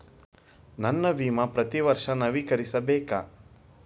ನನ್ನ ವಿಮಾ ಪ್ರತಿ ವರ್ಷಾ ನವೇಕರಿಸಬೇಕಾ?